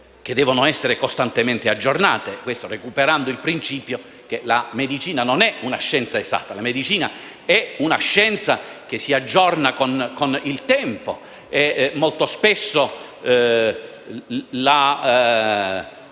devono essere costantemente aggiornate, recuperando il principio che la medicina non è una scienza esatta, ma è una scienza che si aggiorna con il tempo. Molto spesso la